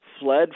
fled